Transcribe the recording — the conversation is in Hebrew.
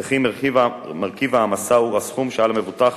וכי מרכיב ההעמסה הוא הסכום שעל המבוטח